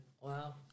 Wow